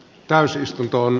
täysistuntoon